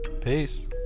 Peace